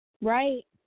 Right